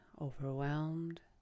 overwhelmed